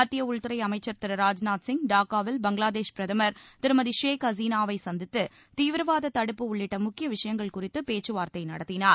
மத்திய உள்துறை அமைச்சர் திரு ராஜ்நாத்சிங் டாக்காவில் பங்களாதேஷ் பிரதமர் திருமதி ஷேக் ஹசினாவை சந்தித்து தீவிரவாத தடுப்பு உள்ளிட்ட முக்கிய விஷயங்கள் குறித்து பேச்சு வார்த்தை நடத்தினார்